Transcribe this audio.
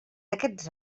aquests